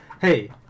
hey